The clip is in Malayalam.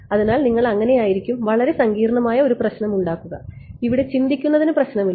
അതിനാൽ നിങ്ങൾ അങ്ങനെയായിരിക്കും വളരെ സങ്കീർണ്ണമായ ഒരു പ്രശ്നം ഉണ്ടാക്കുക ഇവിടെ ചിന്തിക്കുന്നതിന് പ്രശ്നമില്ല